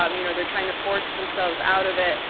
um you know, they're trying to force themselves out of it,